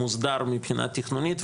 מוסדר מבחינה תכנונית,